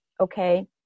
okay